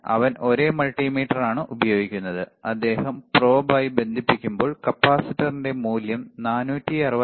അവൻ ഒരേ മൾട്ടിമീറ്ററാണ് ഉപയോഗിക്കുന്നത് അദ്ദേഹം probe ആയി ബന്ധിപ്പിക്കുമ്പോൾ കപ്പാസിറ്ററിന്റെ മൂല്യം 464